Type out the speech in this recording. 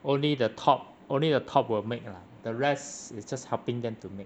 only the top only the top will make lah the rest is just helping them to make